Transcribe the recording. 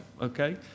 okay